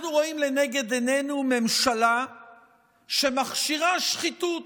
אנחנו רואים לנגד עינינו ממשלה שמכשירה שחיתות,